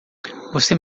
você